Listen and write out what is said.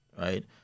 right